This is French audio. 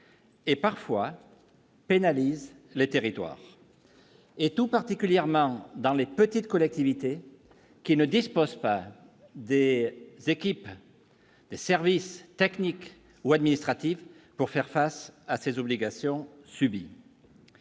Et parfois pénalise les territoires et tout particulièrement dans les petites collectivités qui ne disposent pas des équipes, des services techniques ou administratives pour faire face à ses obligations subit.